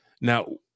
Now